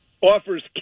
offers